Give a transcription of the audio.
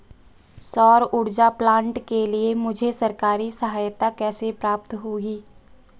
सौर ऊर्जा प्लांट के लिए मुझे सरकारी सहायता कैसे प्राप्त होगी?